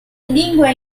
lingua